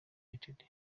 united